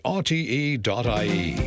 rte.ie